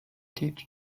teach